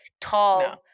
tall